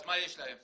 אז מה יש להם?